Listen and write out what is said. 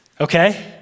Okay